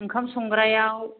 ओंखाम संग्रायाव